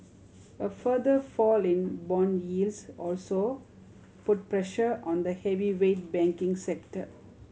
a further fall in bond yields also put pressure on the heavyweight banking sector